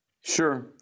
Sure